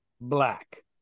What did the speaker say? Black